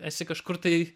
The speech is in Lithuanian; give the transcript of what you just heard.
esi kažkur tai